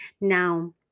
Now